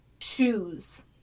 shoes